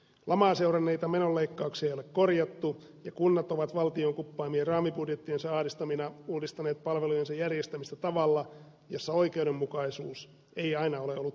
lamaa seuranneita menoleikkauksia ei ole korjattu ja kunnat ovat valtion kuppaamien raamibudjettiensa ahdistamina uudistaneet palvelujensa järjestämistä tavalla jossa oikeudenmukaisuus ei aina ole ollut ensisijainen kriteeri